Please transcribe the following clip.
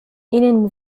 ihnen